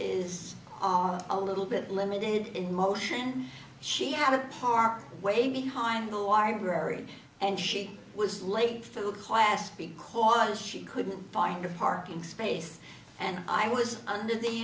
is a little bit limited in motion she had a far away behind the wider area and she was late for class because she couldn't find a parking space and i was under the